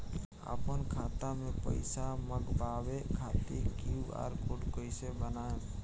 आपन खाता मे पैसा मँगबावे खातिर क्यू.आर कोड कैसे बनाएम?